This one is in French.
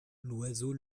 l’oiseau